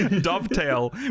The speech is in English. Dovetail